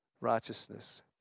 righteousness